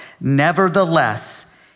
Nevertheless